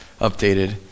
updated